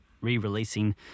re-releasing